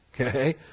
Okay